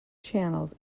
channels